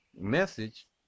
message